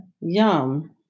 yum